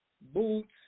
boots